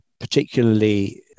particularly